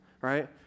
right